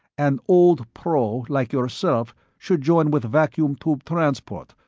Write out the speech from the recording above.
an old pro like yourself should join with vacuum tube transport,